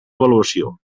avaluació